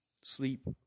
Sleep